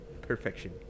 Perfection